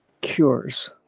cures